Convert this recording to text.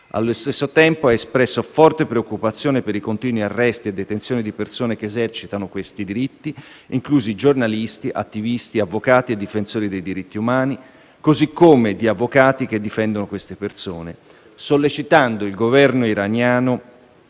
Allo stesso tempo, ha espresso forte preoccupazione per i continui arresti e detenzioni di persone che esercitano questi diritti, inclusi giornalisti, attivisti, avvocati e difensori dei diritti umani, così come di avvocati che difendono queste persone, sollecitando il Governo iraniano